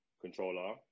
controller